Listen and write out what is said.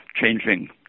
changing